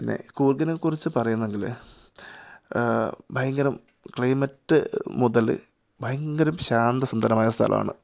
പിന്നെ കൂര്ഗിനെ കുറിച്ച് പറയുന്നെങ്കിൽ ഭയങ്കരം ക്ലൈമറ്റ് മുതൽ ഭയങ്കരം ശാന്ത സുന്ദരമായ സ്ഥലമാണ്